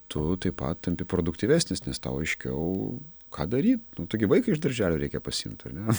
tu taip pat tampi produktyvesnis nes tau aiškiau ką dary taigi vaiką iš darželio reikia pasiimt ar ne